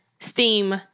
Steam